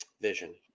vision